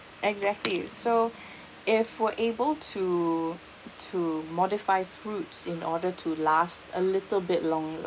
exactly so if we're able to to modify fruits in order to last a little bit longer